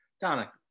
Donna